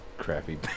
crappy